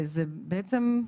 בעצם,